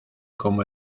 como